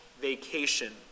vacation